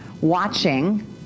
watching